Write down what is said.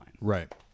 Right